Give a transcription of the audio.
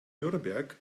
nürnberg